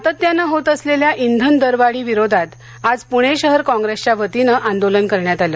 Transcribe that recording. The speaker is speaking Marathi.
सातत्याने होत असलेल्या इंधन दरवाढी विरोधात आज पुणे शहर काँग्रेसच्या वतीन आंदोलन करण्यात आलं